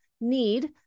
need